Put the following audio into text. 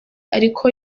ariko